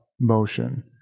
motion